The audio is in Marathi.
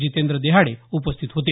जितेंद्र देहाडे उपस्थित होते